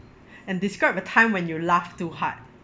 and describe a time when you laughed too hard